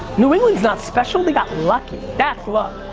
new england's not special, they got lucky. that's luck.